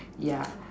yeah